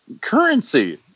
currency